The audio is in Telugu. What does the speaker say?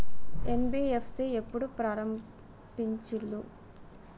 ఎన్.బి.ఎఫ్.సి ఎప్పుడు ప్రారంభించిల్లు?